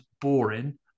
boring